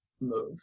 move